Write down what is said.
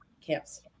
camps